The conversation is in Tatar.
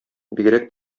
бигрәк